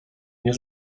nie